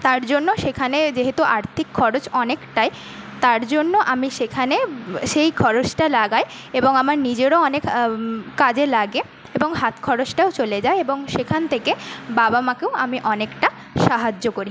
তার জন্য সেখানে যেহেতু আর্থিক খরচ অনেকটাই তার জন্য আমি সেখানে সেই খরচটা লাগাই এবং আমার নিজেরও অনেক কাজে লাগে এবং হাতখরচটাও চলে যায় এবং সেখান থেকে বাবা মাকেও আমি অনেকটা সাহায্য করি